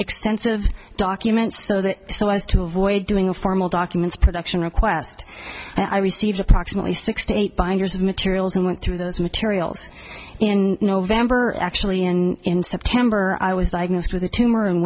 extensive documents so that so as to avoid doing a formal documents production request i received approximately six to eight binders of materials and went through those materials in november actually in september i was diagnosed with a tumor and